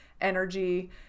energy